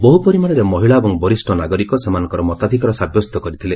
ବହୁପରିମାଣରେ ମହିଳା ଏବଂ ବରିଷ୍ଠ ନାଗରିକ ସେମାନଙ୍କର ମତାଧିକାର ସାବ୍ୟସ୍ତ କରିଥିଲେ